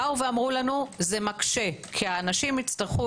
אמרו לנו: זה מקשה כי האנשים יצטרכו,